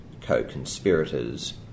co-conspirators